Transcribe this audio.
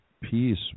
peace